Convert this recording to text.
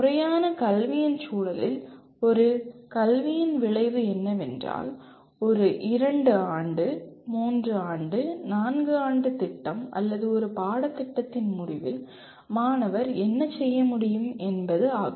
முறையான கல்வியின் சூழலில் ஒரு கல்வியின் விளைவு என்னவென்றால் ஒரு 2 ஆண்டு 3 ஆண்டு 4 ஆண்டு திட்டம் அல்லது ஒரு பாடத்திட்டத்தின் முடிவில் மாணவர் என்ன செய்ய முடியும் என்பது ஆகும்